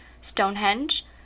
Stonehenge